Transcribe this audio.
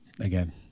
again